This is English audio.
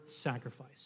sacrifice